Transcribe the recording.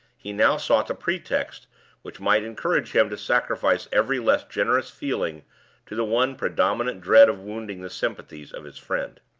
he now sought the pretext which might encourage him to sacrifice every less generous feeling to the one predominant dread of wounding the sympathies of his friend.